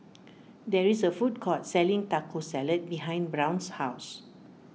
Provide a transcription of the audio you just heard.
there is a food court selling Taco Salad behind Brown's house